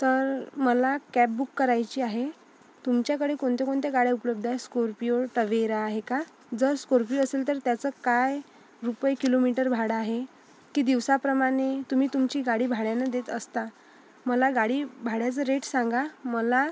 तर मला cab book करायची आहे तुमच्याकडे कोणच्या कोणत्या गाड्या उपलब्ध आहे स्कोरपीओ टवेरा आहे का जर स्कोरपीओ असेल तर त्याचं काय रुपये किलोमीटर भाडं आहे की दिवसाप्रमाणे तुम्ही तुमची गाडी भाड्याने देत असता मला गाडी भाड्याचा रेट सांगा मला